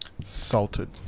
Salted